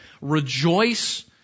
rejoice